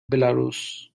belarus